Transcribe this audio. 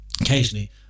occasionally